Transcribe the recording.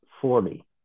Forty